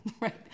Right